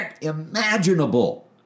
imaginable